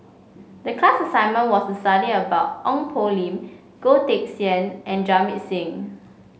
the class assignment was study about Ong Poh Lim Goh Teck Sian and Jamit Singh